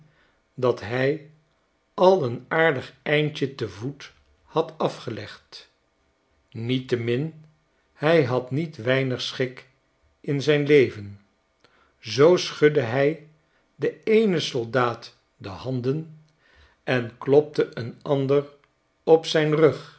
dat hij al een aardig eindje te voet had afgelegd niettemin hij had niet weinig schik in zijn leven zoo schudde hij den eenen soldaat de handen en klopte een ander op zijn rug